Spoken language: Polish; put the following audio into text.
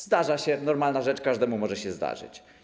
Zdarza się, normalna rzecz, każdemu może się zdarzyć.